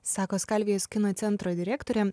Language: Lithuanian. sako skalvijos kino centro direktorė